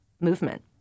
movement